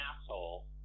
asshole